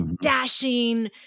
dashing